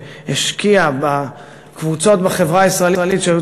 שהשקיעה בקבוצות בחברה הישראלית שהיו